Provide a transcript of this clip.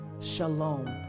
shalom